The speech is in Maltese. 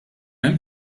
hemm